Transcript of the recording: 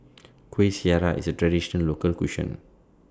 Kueh Syara IS A Traditional Local Cuisine